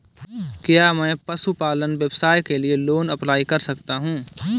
क्या मैं पशुपालन व्यवसाय के लिए लोंन अप्लाई कर सकता हूं?